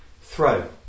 Throw